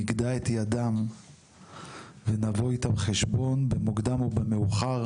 נגדע את ידם ונבוא איתם בחשבון במוקדם או במאוחר,